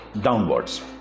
downwards